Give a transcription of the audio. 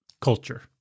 Culture